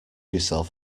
yourself